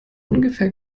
ungefähr